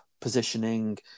positioning